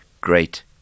great